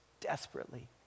desperately